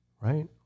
Right